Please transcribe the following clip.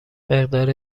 مقدار